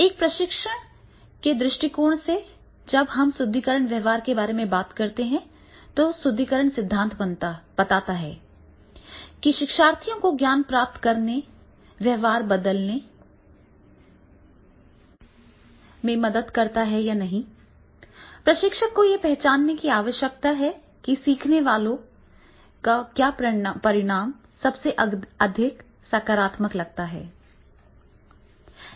एक प्रशिक्षण के दृष्टिकोण से जब हम सुदृढीकरण व्यवहार के बारे में बात करते हैं तो सुदृढीकरण सिद्धांत बताता है कि शिक्षार्थियों को ज्ञान प्राप्त करने व्यवहार बदलने या तराजू को संशोधित करने के लिए प्रशिक्षक को यह पहचानने की आवश्यकता है कि सीखने वाले को क्या परिणाम सबसे अधिक सकारात्मक लगता है